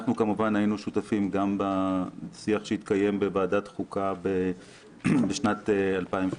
אנחנו כמובן היינו שותפים גם בשיח שהתקיים בוועדת החוקה בשנת 2018,